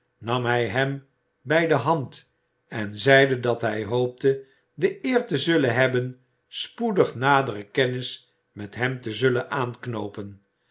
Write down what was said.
nam hij hem bij de hand en zeide dat hij hoopte de eer te zullen hebben spoedig nadere kennis met hem te zullen aanknoopen